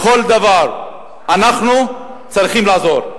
בכל דבר אנחנו צריכים לעזור,